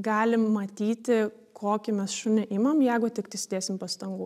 galim matyti kokį mes šunį imam jeigu tik tais įdėsim pastangų